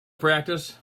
practice